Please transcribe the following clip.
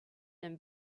and